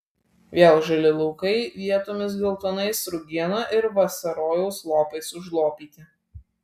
vėl žali laukai vietomis geltonais rugienų ir vasarojaus lopais užlopyti